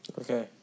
Okay